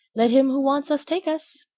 let him who wants us take us!